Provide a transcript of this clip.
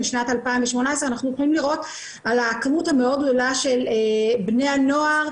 משנת 2018. אנחנו יכולים לראות על הכמות המאוד גדולה של בני הנוער,